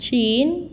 चीन